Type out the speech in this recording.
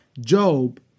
Job